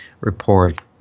report